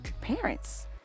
parents